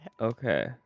Okay